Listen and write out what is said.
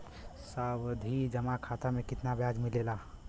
सावधि जमा खाता मे कितना ब्याज मिले ला?